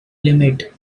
limit